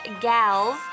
gals